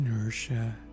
inertia